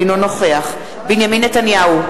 אינו נוכח בנימין נתניהו,